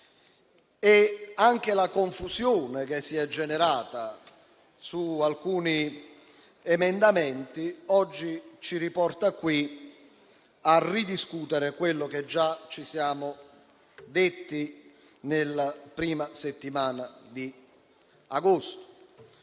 Anche la confusione che si è generata su alcuni emendamenti oggi ci riporta qui a ridiscutere quello che già ci siamo detti nella prima settimana di agosto.